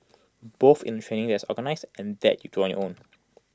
both in the training is organised and that you do on your own